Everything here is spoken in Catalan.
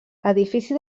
edifici